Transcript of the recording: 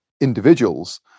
individuals